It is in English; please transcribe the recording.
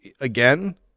again